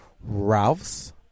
Ralph's